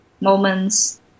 moments